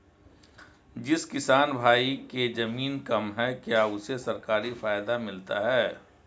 जिस किसान भाई के ज़मीन कम है क्या उसे सरकारी फायदा मिलता है?